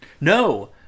no